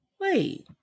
Wait